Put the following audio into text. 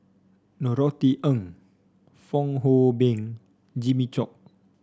Norothy Ng Fong Hoe Beng Jimmy Chok